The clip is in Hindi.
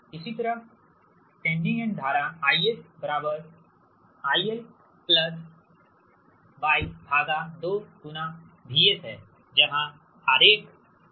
इसी तरहसेंडिंग एंड धारा IS IL Y2 VS है जहां आरेख है